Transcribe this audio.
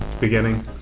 beginning